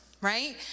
right